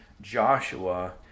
Joshua